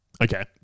Okay